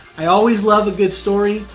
i always love a good story,